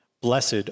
Blessed